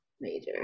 Major